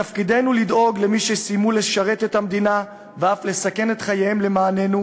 מתפקידנו לדאוג למי שסיימו לשרת את המדינה ואף לסכן את חייהם למעננו.